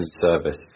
service